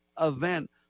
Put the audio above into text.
event